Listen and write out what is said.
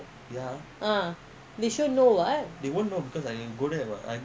when they send off also you also must be together there [what]